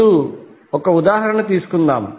ఇప్పుడు 1 ఉదాహరణ తీసుకుందాం